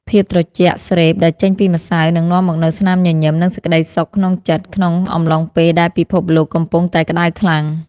ភាពត្រជាក់ស្រេបដែលចេញពីម្សៅនឹងនាំមកនូវស្នាមញញឹមនិងសេចក្តីសុខក្នុងចិត្តក្នុងអំឡុងពេលដែលពិភពលោកកំពុងតែក្តៅខ្លាំង។